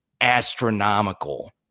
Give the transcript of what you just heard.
astronomical